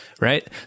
right